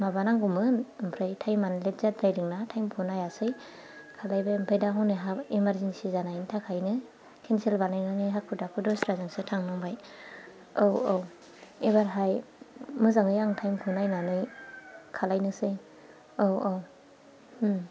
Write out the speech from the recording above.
माबा नांगौमोन ओमफ्राय थाइमानो लेट जाद्रायदोंना थाइमखौ नायासै थालायबाय ओमफ्राय दा हनै हा एमारजिन्सि जानायनि थाखायनो केनसेल बानायनानै हाखु दाखु दस्राजोंसो थांनांबाय औ औ एबारहाय मोजाङै आं थाइमखौ नायनानै खालामनोसै औ औ